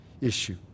issue